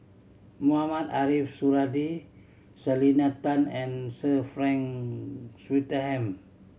Mohamed Ariff Suradi Selena Tan and Sir Frank Swettenham